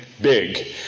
big